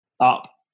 up